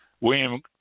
William